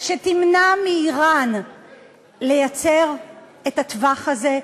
שתמנע מאיראן לייצר את הטווח הזה,